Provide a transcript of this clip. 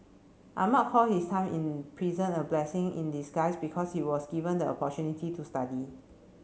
Ahmad call his time in prison a blessing in disguise because he was given the opportunity to study